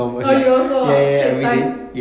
oh you also straits times